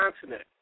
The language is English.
continent